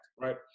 right